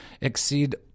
exceed